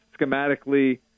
schematically